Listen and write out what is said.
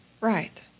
Right